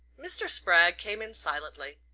mr. spragg came in silently,